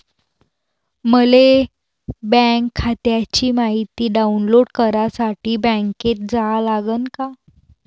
मले बँक खात्याची मायती डाऊनलोड करासाठी बँकेत जा लागन का?